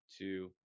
two